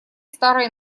старой